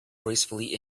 gracefully